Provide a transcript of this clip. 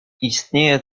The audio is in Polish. istnieję